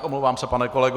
Omlouvám se, pane kolego.